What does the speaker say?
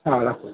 হ্যাঁ রাখুন